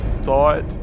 thought